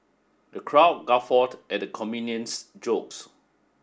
the crowd guffawed at the comedian's jokes